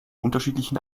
unterschiedlichen